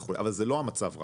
אבל זה לא המצב רק.